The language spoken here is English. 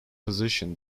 position